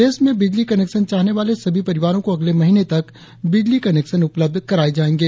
देश में बिजली कनेक्शन चाहने वाले सभी परिवारों को अगले महीने तक बिजली कनेक्शन उपलब्ध कराये जायेंगे